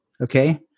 okay